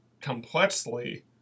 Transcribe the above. complexly